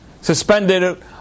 suspended